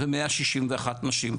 161 נשים.